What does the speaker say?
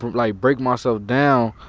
like, break myself down.